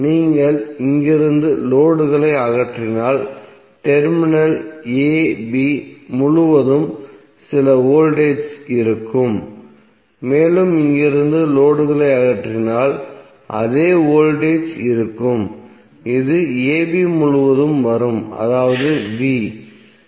நீங்கள் இங்கிருந்து லோடுகளை அகற்றினால் டெர்மினல் a b முழுவதும் சில வோல்டேஜ் இருக்கும் மேலும் இங்கிருந்து லோடுகளை அகற்றினால் அதே வோல்டேஜ் இருக்கும் இது a b முழுவதும் வரும் அதாவது V